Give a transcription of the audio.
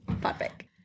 topic